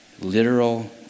literal